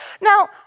Now